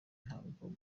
ntabwo